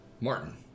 Martin